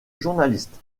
journaliste